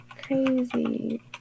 crazy